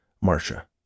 Marcia